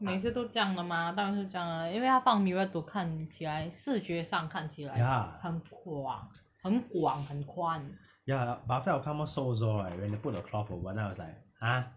每次都这样的吗当然是这样的因为她放 mirror to 看起来视觉上看起来 like 很广很广很宽